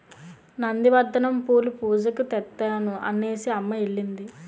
నంది వర్ధనం పూలు పూజకి తెత్తాను అనేసిఅమ్మ ఎల్లింది